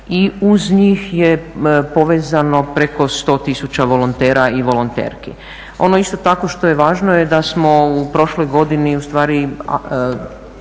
I uz njih je povezano preko 100 tisuća volontera i volonterki. Ono isto tako što je važno da smo u prošloj godini u stvari